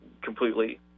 completely